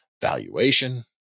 valuation